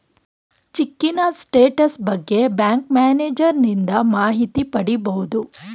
ಚಿಕ್ಕಿನ status ಬಗ್ಗೆ bank ಮ್ಯಾನೇಜರನಿಂದ ಮಾಹಿತಿ ಪಡಿಬೋದು